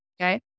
Okay